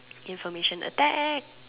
information attack